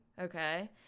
Okay